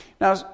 Now